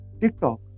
TikTok